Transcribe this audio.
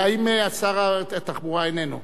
שר התחבורה איננו.